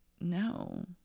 No